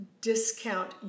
discount